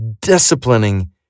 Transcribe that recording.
disciplining